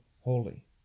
holy